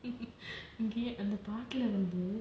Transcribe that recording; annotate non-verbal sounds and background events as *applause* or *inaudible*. *laughs* okay அந்த பாட்டுல வந்து:antha paatula vanthu